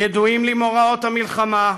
ידועים לי מוראות המלחמה,